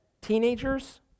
teenagers